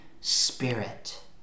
spirit